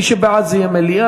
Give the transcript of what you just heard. מי שבעד, זה יהיה מליאה.